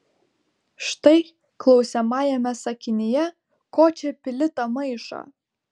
štai klausiamajame sakinyje ko čia pili tą maišą